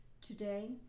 Today